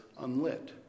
unlit